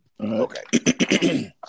Okay